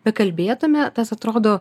bekalbėtume tas atrodo